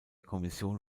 kommission